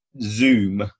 zoom